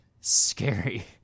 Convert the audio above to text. scary